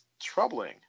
troubling